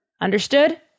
Understood